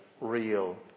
real